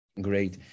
Great